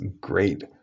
great